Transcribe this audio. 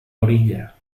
orilla